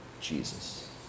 Jesus